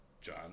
John